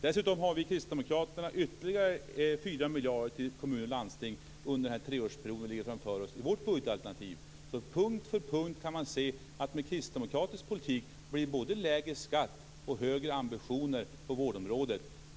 Dessutom har vi kristdemokrater i vårt budgetalternativ ytterligare 4 miljarder till kommuner och landsting under den treårsperiod som ligger framför oss. På punkt efter punkt kan man se att det med en kristdemokratisk politik blir både lägre skatt och högre ambitioner på vårdområdet.